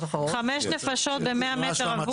לימור סון הר מלך (עוצמה יהודית):